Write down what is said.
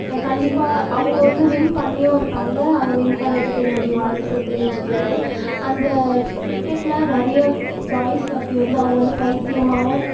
கண்டிப்பாக அவங்க வந்து வின் பண்ணியும் இருக்காங்க அவங்க வின் பண்ணதுக்கு என்னுடைய வாழ்த்துக்கள் தெரிவிச்சு கொள்கிறேன் அந்த கிரிக்கெட்டில் நிறையா பாய்ஸ் அப்படி வந்து அவங்க வந்து பைத்தியமாகவும்